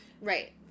Right